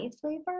flavor